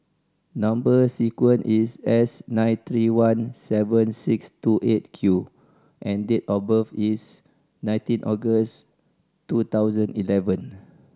number sequence is S nine three one seven six two Eight Q and date of birth is nineteen August two thousand eleven